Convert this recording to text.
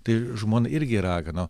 tai žmona irgi ragano